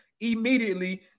immediately